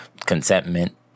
contentment